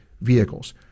vehicles